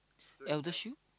ElderShield